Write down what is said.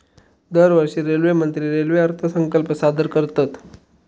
दरवर्षी रेल्वेमंत्री रेल्वे अर्थसंकल्प सादर करतत